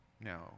No